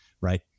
right